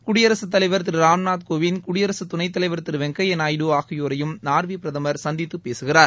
குடியரசுத் தலைவர் திரு ராம்நாத் கோவிந்த் குடியரசு துணைத்தலைவா திரு வெங்கையா நாயுடு ஆகியோரையும் நார்வே பிரதமர் சந்தித்து பேசுகிறார்